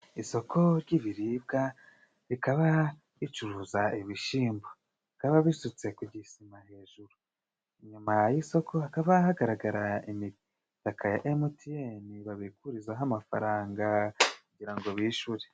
Isoko ry'ibiribwa rikaba ricuruza ibishimbo bikaba bisutse ku gisima hejuru inyuma ya y'isoko hakaba hagaraga imitaka ya emutiyeni babikurizaho amafaranga kugira ngo bishyure.